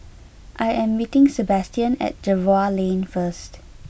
I am meeting Sebastian at Jervois Lane first